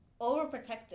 overprotective